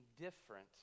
different